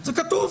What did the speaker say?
זה כתוב.